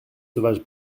sauvage